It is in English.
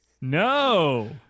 No